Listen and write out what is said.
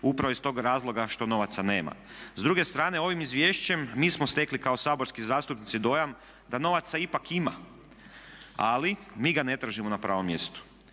upravo iz tog razloga što novaca nema. S druge strane, ovim izvješćem mi smo stekli kao saborski zastupnici dojam da novaca ipak ima. Ali mi ga ne tražimo na pravom mjestu.